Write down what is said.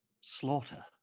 slaughter